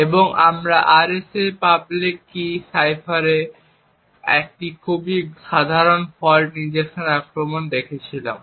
এবং আমরা RSA public key সাইফারে একটি খুব সাধারণ ফল্ট ইনজেকশন আক্রমণ দেখেছি